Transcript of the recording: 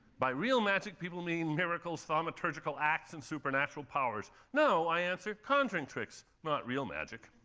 by real magic people mean miracles, thaumaturgical acts, and supernatural powers. no, i answer. conjuring tricks, not real magic